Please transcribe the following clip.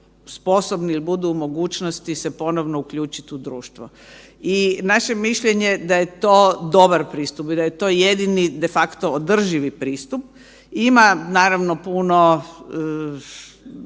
sposobni ili budu u mogućnosti se ponovno uključiti u društvo. I naše mišljenje je da je to dobar pristup i da je to jedini de facto održivi pristup. Ima naravno puno